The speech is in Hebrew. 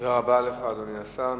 תודה רבה לך, אדוני השר.